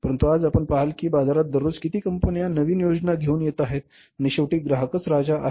परंतु आज आपण पहाल की बाजारात दररोज किती कंपन्या नवीन योजना घेऊन येत आहेत आणि शेवटी ग्राहकच राजा आहे